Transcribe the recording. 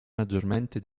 maggiormente